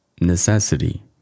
necessity